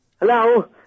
Hello